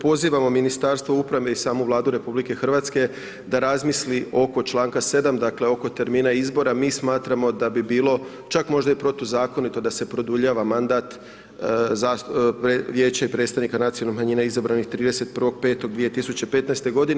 Pozivamo Ministarstvo uprave i samu Vladu Republike Hrvatske da razmisli oko članka 7., dakle oko termina izbora, mi smatramo da bi bilo čak možda i protuzakonito da se produljava mandat Vijeće i predstavnika nacionalnih manjina izabranih 31.05.2015. godine.